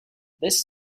this